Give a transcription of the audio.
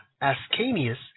Ascanius